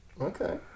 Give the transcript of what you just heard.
Okay